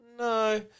No